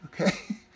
Okay